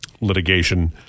litigation